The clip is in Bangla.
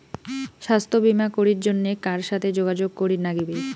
স্বাস্থ্য বিমা করির জন্যে কার সাথে যোগাযোগ করির নাগিবে?